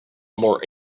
more